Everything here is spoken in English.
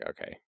okay